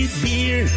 beer